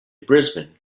brisbane